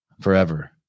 forever